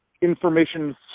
information